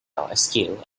askew